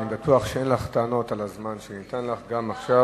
אני בטוח שאין לך טענות על הזמן שניתן לך גם עכשיו.